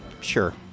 sure